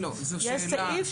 בחוק.